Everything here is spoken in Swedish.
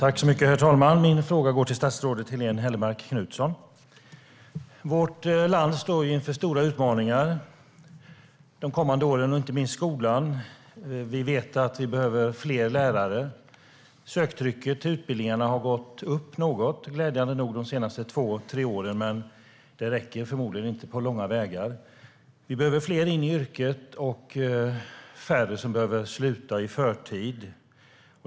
Herr talman! Min fråga går till statsrådet Helene Hellmark Knutsson. Vårt land står inför stora utmaningar de kommande åren. Det gäller inte minst skolan. Vi vet att vi behöver fler lärare. Söktrycket till utbildningarna har gått upp något, glädjande nog, de senaste två tre åren. Men det räcker förmodligen inte på långa vägar. Vi behöver fler in i yrket, och färre behöver sluta i förtid.